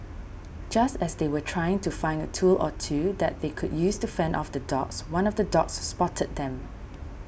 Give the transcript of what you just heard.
just as they were trying to find a tool or two that they could use to fend off the dogs one of the dogs spotted them